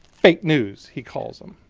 fake news, he calls them.